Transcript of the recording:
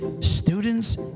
students